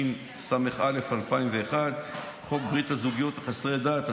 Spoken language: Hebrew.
התשס"א 2001; חוק ברית הזוגיות לחסרי דת,